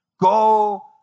Go